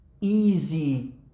Easy